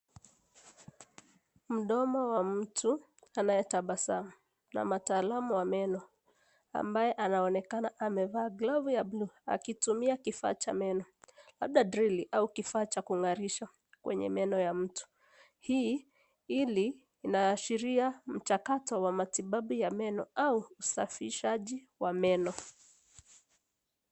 Mdomo wa mtu anayetabasamu na mtaalamu wa meno ambaye anaonekana amevaa glavu ya buluu akitumia kifaa cha meno, labda drili au kifaa cha kung'arisha kwenye meno ya mtu. Hili linaashiria mchakato wa matibabu ya meno au usafishaji wa meno.